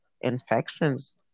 infections